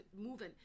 moving